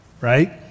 right